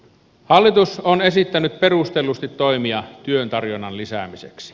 hallitus on esittänyt perustellusti toimia työn tarjonnan lisäämiseksi